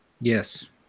Yes